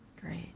Great